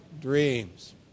dreams